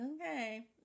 okay